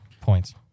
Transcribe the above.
points